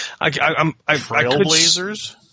Trailblazers